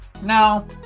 Now